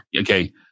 Okay